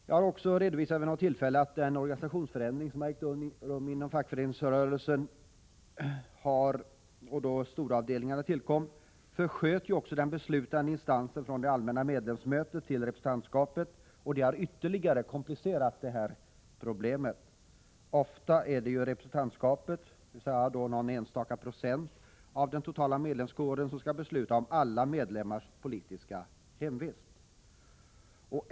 Jag har också vid något tillfälle redovisat att den organisationsförändring som har ägt rum inom fackföreningsrörelsen då storavdelningarna tillkom försköt den beslutande instansen från det allmänna medlemsmötet till representantskapet, vilket ytterligare har komplicerat problemet. Ofta är det jurepresentantskapet, dvs. någon enstaka procent av den totala medlemskåren, som skall besluta om alla medlemmars politiska hemvist.